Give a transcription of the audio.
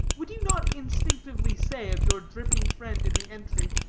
would you not instinctively say of your dripping friend in the entry,